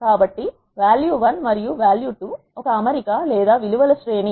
కాబట్టి val1 మరియు val2 ఒక అమరిక లేదా విలువల శ్రేణి